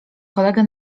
kolegę